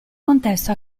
contesto